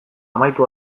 amaitu